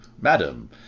madam